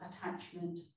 attachment